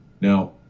now